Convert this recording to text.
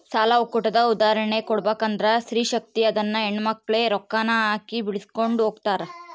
ಸಾಲ ಒಕ್ಕೂಟದ ಉದಾಹರ್ಣೆ ಕೊಡ್ಬಕಂದ್ರ ಸ್ತ್ರೀ ಶಕ್ತಿ ಅದುನ್ನ ಹೆಣ್ಮಕ್ಳೇ ರೊಕ್ಕಾನ ಹಾಕಿ ಬೆಳಿಸ್ಕೊಂಡು ಹೊಗ್ತಾರ